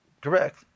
Correct